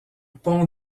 pont